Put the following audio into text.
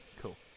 cool